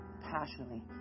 Passionately